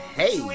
hey